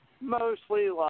Mostly